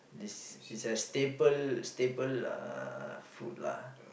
this is a staple staple uh food lah